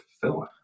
fulfilling